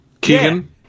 Keegan